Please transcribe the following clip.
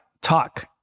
Talk